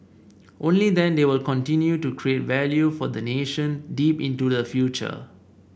only then they will continue to create value for the nation deep into the future